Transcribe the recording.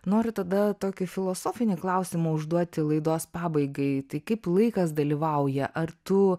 noriu tada tokį filosofinį klausimą užduoti laidos pabaigai tai kaip laikas dalyvauja ar tu